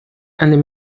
and